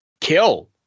kill